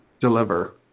deliver